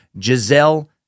Giselle